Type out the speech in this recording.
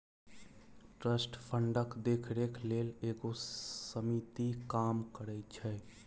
trust फंडक देखरेख लेल एगो समिति काम करइ छै